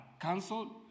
cancelled